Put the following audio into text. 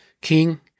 King